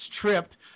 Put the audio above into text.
tripped